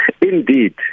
indeed